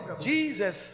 Jesus